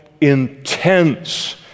intense